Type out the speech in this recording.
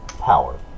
power